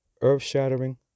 earth-shattering